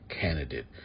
candidate